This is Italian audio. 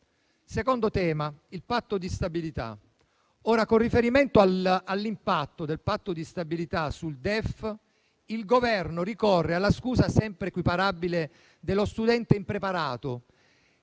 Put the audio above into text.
Secondo tema: il Patto di stabilità. Con riferimento all'impatto di tale misura sul DEF, il Governo ricorre alla scusa sempre equiparabile dello studente impreparato